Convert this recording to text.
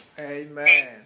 Amen